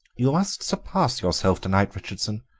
you must surpass yourself to-night, richardson,